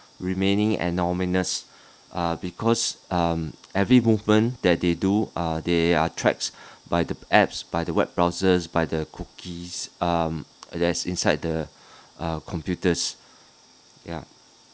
remaining anonymous uh because um every movement that they do uh they are tracked by the apps by the web browsers by the cookies um that's inside the uh computers ya